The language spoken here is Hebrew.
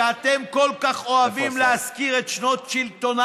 שאתם כל כך אוהבים להזכיר את שנות שלטונה,